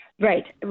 right